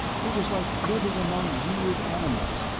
it was like living among weird animals,